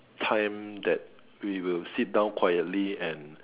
time that we will sit down quietly and